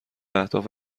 اهداف